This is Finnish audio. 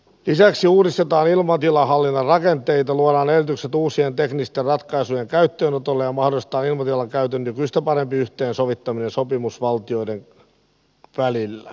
lisäksi uudistetaan ilmatilahallinnan rakenteita luodaan edellytykset uusien teknisten ratkaisujen käyttöönotolle ja mahdollistetaan ilmatilan käytön nykyistä parempi yhteensovittaminen sopimusvaltioiden välillä